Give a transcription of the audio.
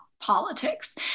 politics